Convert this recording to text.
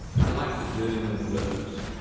unlike the doom and gloomers,